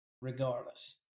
regardless